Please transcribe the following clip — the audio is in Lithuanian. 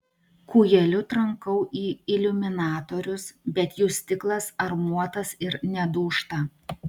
kūjeliu trankau į iliuminatorius bet jų stiklas armuotas ir nedūžta